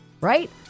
right